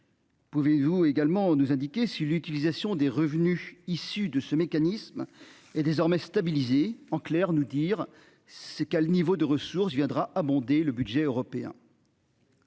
Pouvez-vous également nous indiquer si l'utilisation des revenus issus de ce mécanisme est désormais stabilisée en clair nous dire c'est cas le niveau de ressources viendra abonder le budget européen.